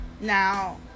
Now